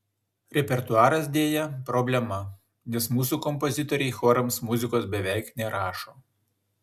repertuaras deja problema nes mūsų kompozitoriai chorams muzikos beveik nerašo